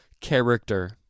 character